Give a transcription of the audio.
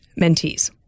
mentees